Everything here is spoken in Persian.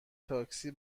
تاکسی